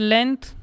Length